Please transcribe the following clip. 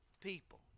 people